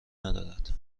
ندارد